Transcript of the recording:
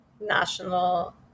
National